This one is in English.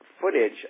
footage